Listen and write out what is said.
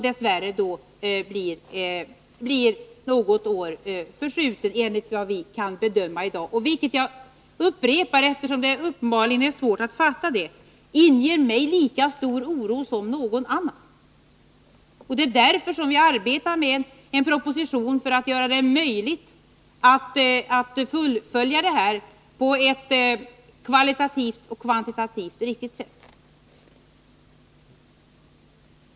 Dess värre blir det dock något års förskjutning, enligt vad vi i dag kan bedöma. Och detta — jag upprepar det, eftersom det uppenbarligen är så svårt att fatta det — inger mig lika stor oro som någon annan. Det är därför som vi arbetar med en proposition med förslag om hur vi skall kunna fullfölja planerna på ett kvalitativt och kvantitativt riktigt sätt.